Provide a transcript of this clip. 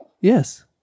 Yes